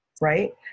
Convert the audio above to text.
right